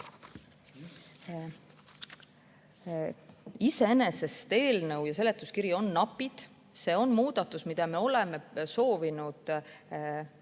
Iseenesest eelnõu ja seletuskiri on napid. See on muudatus, mida me oleme soovinud